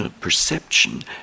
perception